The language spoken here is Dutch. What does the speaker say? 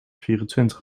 vierentwintig